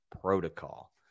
protocol